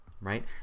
right